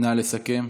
נא לסכם.